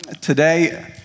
today